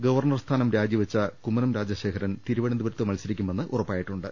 governor സ്ഥാനം രാജിവെച്ച കുമ്മനം രാജശ്രേഖരൻ തിരുവന ന്തപുരത്ത് മത്സരിക്കുമെന്ന് ഉറപ്പായിട്ടുണ്ട്